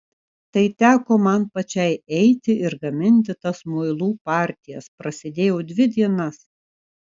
tai teko man pačiai eiti ir gaminti tas muilų partijas prasėdėjau dvi dienas